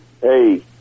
hey